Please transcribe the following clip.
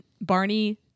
Barney